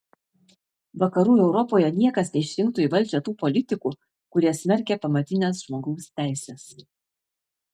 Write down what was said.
vakarų europoje niekas neišrinktų į valdžią tų politikų kurie smerkia pamatines žmogaus teises